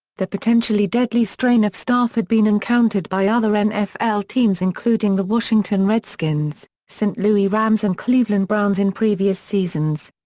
the potentially deadly strain of staph had been encountered by other nfl teams including the washington redskins, st. louis rams and cleveland browns in previous seasons.